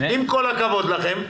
עם כל הכבוד לכם.